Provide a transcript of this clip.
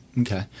Okay